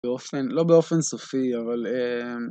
לא באופן סופי אבל